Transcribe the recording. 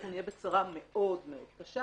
אנחנו נהיה בצרה מאוד מאוד קשה.